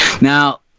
Now